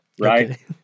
Right